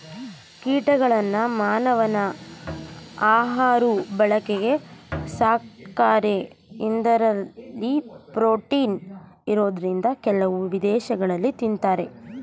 ಕೀಟಗಳನ್ನ ಮಾನವನ ಆಹಾಋ ಬಳಕೆಗೆ ಸಾಕ್ತಾರೆ ಇಂದರಲ್ಲಿ ಪ್ರೋಟೀನ್ ಇರೋದ್ರಿಂದ ಕೆಲವು ವಿದೇಶಗಳಲ್ಲಿ ತಿನ್ನತಾರೆ